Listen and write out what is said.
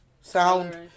sound